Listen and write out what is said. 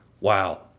wow